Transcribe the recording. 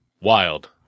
Wild